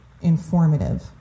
informative